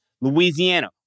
Louisiana